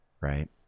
right